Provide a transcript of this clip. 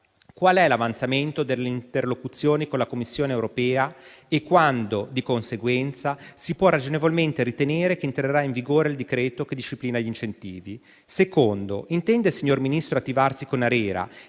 qual è l'avanzamento delle interlocuzioni con la Commissione europea e quando, di conseguenza, si può ragionevolmente ritenere che entrerà in vigore il decreto che disciplina gli incentivi? La seconda: intende il signor Ministro attivarsi con